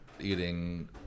eating